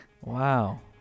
Wow